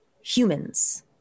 humans